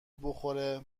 بخوره